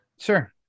sure